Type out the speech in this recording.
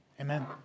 Amen